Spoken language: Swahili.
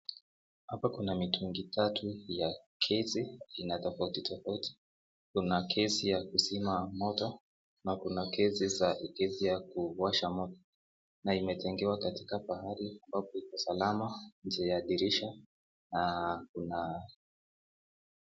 Hapa kuna mitungi tatu ya gesi aina tofauti tofauti, kuna gesi ya kuzima moto, na kuna gesi za kuwasha moto na imejengewa pahali ambapo iko salama nje ya dirisha na kuna,